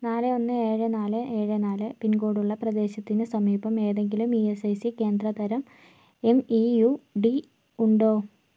നാല് ഒന്ന് ഏഴ് നാല് ഏഴ് നാല് പിൻകോഡുള്ള പ്രദേശത്തിന് സമീപം ഏതെങ്കിലും ഇ എസ് ഐ സി കേന്ദ്ര തരം എം ഇ യു ഡി ഉണ്ടോ